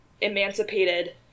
emancipated